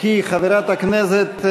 מה ציפינו כולנו, חברי הכנסת,